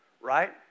right